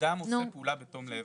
אדם עושה פעולה בתום לב,